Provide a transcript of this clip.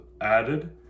added